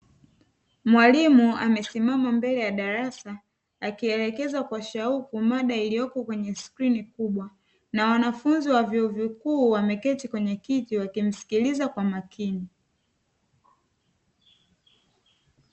Mwalimu amesimama mbele ya darasa akielekeza kwa shauku mada iliyopo kwenye skrini kubwa, na wanafunzi wa vyuo vikuu wameketi kwenye kiti wakimsikiliza kwa makini.